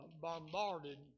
bombarded